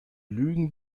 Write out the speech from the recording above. lügen